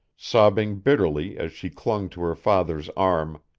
sobbing bitterly as she clung to her father's arm,